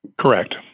Correct